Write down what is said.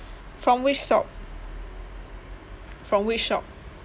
from which shop from which shop